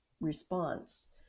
response